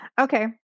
okay